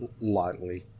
lightly